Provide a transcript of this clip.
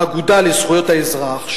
האגודה לזכויות האזרח,